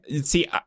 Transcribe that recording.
See